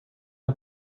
are